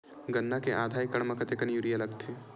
गन्ना के आधा एकड़ म कतेकन यूरिया लगथे?